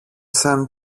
σαν